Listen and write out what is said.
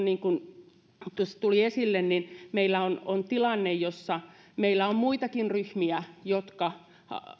niin kuin tuossa tuli esille meillä on on tilanne jossa meillä on muitakin ryhmiä jotka